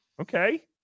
Okay